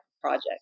project